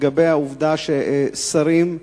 לגבי העובדה ששרים,